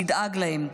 תדאג להם.